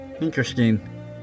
interesting